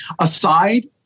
aside